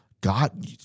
God